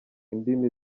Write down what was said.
indimi